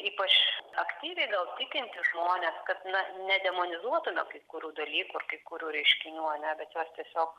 ypač aktyviai gal tikintis žmones kad mes nedemonizuotume kai kurių dalykų ir kai kurių reiškinių ar ne bet juos tiesiog